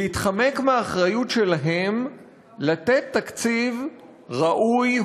להתחמק מהאחריות שלהם לתת תקציב ראוי,